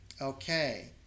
Okay